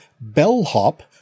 BELLHOP